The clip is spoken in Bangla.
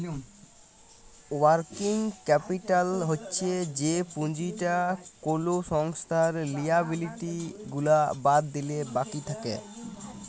ওয়ার্কিং ক্যাপিটাল হচ্ছ যে পুঁজিটা কোলো সংস্থার লিয়াবিলিটি গুলা বাদ দিলে বাকি থাক্যে